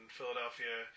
Philadelphia